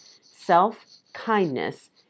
Self-kindness